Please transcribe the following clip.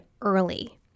early